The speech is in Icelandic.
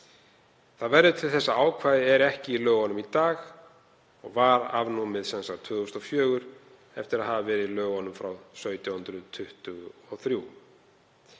Það verður til þess að ákvæðið er ekki í lögunum í dag og var afnumið árið 2004 eftir að hafa verið í lögunum frá 1723.